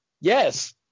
Yes